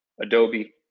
Adobe